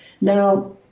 Now